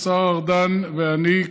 השר ארדן ואני,